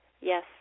yes